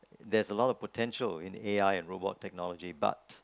there's a lot of potential in A_I and robot technology but